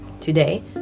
Today